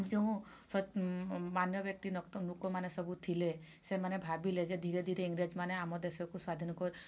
ଯେଉଁ ମାନ୍ୟ ବ୍ୟକ୍ତି ଲୋକମାନେ ସବୁ ଥିଲେ ସେମାନେ ଭାବିଲେ ଯେ ଧିରେ ଧିରେ ଇଂରେଜମାନେ ଆମ ଦେଶକୁ ସ୍ୱାଧୀନ କରି